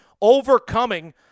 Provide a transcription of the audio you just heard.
overcoming